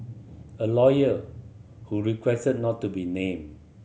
a lawyer who requested not to be named